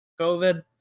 covid